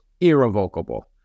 irrevocable